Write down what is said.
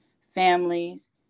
families